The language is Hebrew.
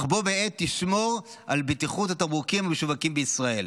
אך בה-בעת תשמור על בטיחות התמרוקים המשווקים בישראל.